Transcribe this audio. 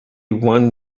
one